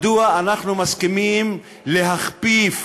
מדוע אנחנו מסכימים להכפיף